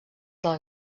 del